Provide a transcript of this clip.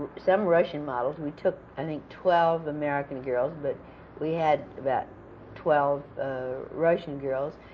some russian models. we took, i think, twelve american girls, but we had about twelve russian girls,